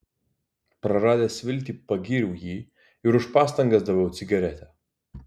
praradęs viltį pagyriau jį ir už pastangas daviau cigaretę